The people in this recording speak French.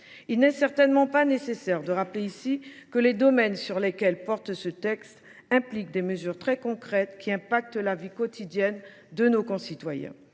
Il n’est certainement pas nécessaire de rappeler ici que les domaines sur lesquels porte ce texte impliquent des mesures très concrètes, qui emportent des conséquences importantes